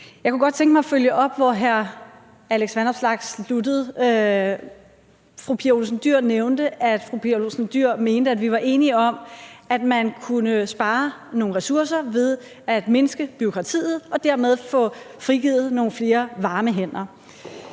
Jeg kunne godt tænke mig at følge op, hvor hr. Alex Vanopslagh sluttede. Fru Pia Olsen Dyhr nævnte, at hun mente, at vi var enige om, at man kunne spare nogle ressourcer ved at mindske bureaukratiet og dermed få frigivet nogle flere varme hænder.